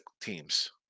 teams